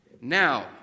Now